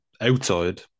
outside